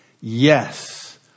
Yes